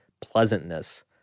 pleasantness